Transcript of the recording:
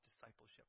discipleship